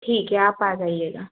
ठीक है आप आ जाइएगा